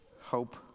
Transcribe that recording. hope